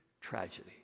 tragedy